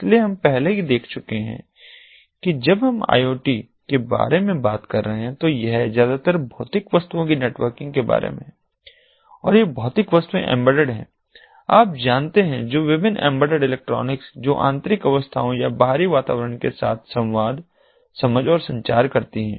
इसलिए हम पहले ही देख चुके हैं कि जब हम आई ओ टी के बारे में बात कर रहे हैं तो यह ज्यादातर भौतिक वस्तुओं की नेटवर्किंग के बारे में है और ये भौतिक वस्तुएं एम्बेडेड हैं आप जानते हैं जो विभिन्न एम्बेडेड इलेक्ट्रॉनिक्स जो आंतरिक अवस्थाओं या बाहरी वातावरण के साथ संवाद समझ और संचार करती हैं